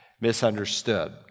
misunderstood